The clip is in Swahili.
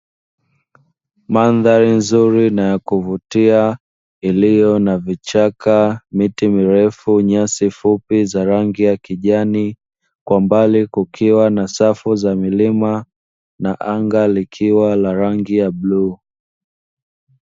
Mandhari nzuri na ya kuvutia iliyo na vichaka, miti mirefu, nyasi fupi za rangi ya kijani, kwa mbali kukiwa na safu za milima na anga likiwa na rangi ya bluu.